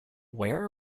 where